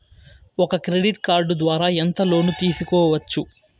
ఒక credit card ద్వారా ఎంత లోను తీసుకోవచ్చు?